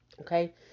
Okay